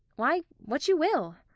why, what you will